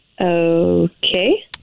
Okay